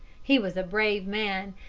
he was a brave man,